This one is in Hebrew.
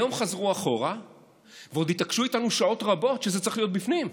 היום חזרו אחורה ועוד התעקשו איתנו שעות רבות שזה צריך להיות בפנים.